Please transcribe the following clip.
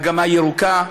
"מגמה ירוקה",